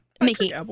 mickey